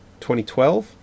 2012